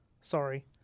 Sorry